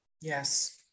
Yes